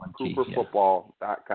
cooperfootball.com